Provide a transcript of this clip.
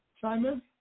Simon